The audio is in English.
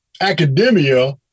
academia